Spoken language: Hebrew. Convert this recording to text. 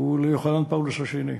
וליוחנן פאולוס השני.